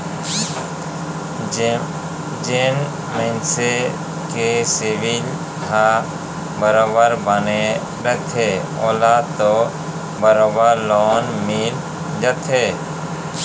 जेन मनसे के सिविल ह बरोबर बने रहिथे ओला तो बरोबर लोन मिल जाथे